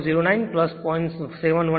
09 0